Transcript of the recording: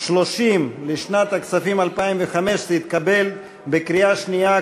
30 לשנת הכספים 2015 התקבל בקריאה שנייה,